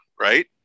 right